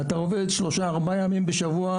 ואתה עובד שלושה ארבעה ימים בשבוע,